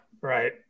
Right